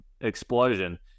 explosion